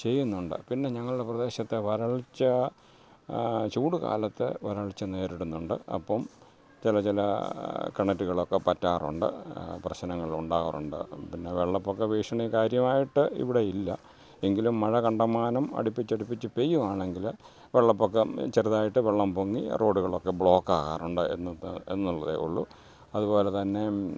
ചെയ്യുന്നുണ്ട് പിന്നെ ഞങ്ങളുടെ പ്രദേശത്തെ വരൾച്ച ചൂടുകാലത്ത് വരൾച്ച നേരിടുന്നുണ്ട് അപ്പം ചില ചില കിണറ്റുകളൊക്കെ പറ്റാറുണ്ട് പ്രശ്നങ്ങളുണ്ടാവാറുണ്ട് പിന്നെ വെള്ളപ്പൊക്ക ഭീഷണി കാര്യമായിട്ട് ഇവിടെ ഇല്ല എങ്കിലും മഴ കണ്ടമാനം അടുപ്പിച്ച് അടുപ്പിച്ച് പെയ്യുകയാണെങ്കിൽ വെള്ളപ്പൊക്കം ചെറുതായിട്ട് വെള്ളം പൊങ്ങി റോഡുകളൊക്കെ ബ്ലോക്ക് ആകാറുണ്ട് എന്നൊക്കെ എന്നുള്ളതേ ഉള്ളൂ അതുപോലെത്തന്നെ